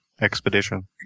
expedition